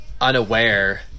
unaware